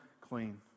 clean